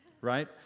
right